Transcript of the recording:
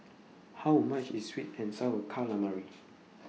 How much IS Sweet and Sour Calamari